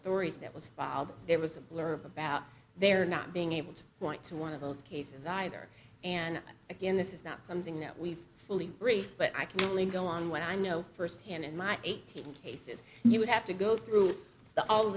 stories that was filed there was a blurb about their not being able to point to one of those cases either and again this is not something that we've fully briefed but i can only go on what i know firsthand in my eighteen cases you would have to go through all